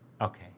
Okay